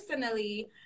personally